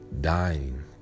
Dying